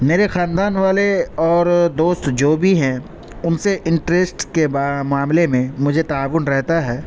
میرے خاندان والے اور دوست جو بھی ہیں ان سے انٹریسٹس کے معاملے میں مجھے تعاون رہتا ہے